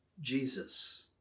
Jesus